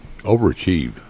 Overachieved